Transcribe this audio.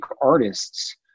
artists